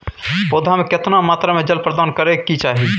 पौधा में केतना मात्रा में जल प्रदान करै के चाही?